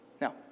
Now